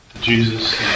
Jesus